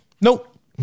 Nope